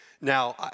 Now